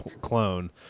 clone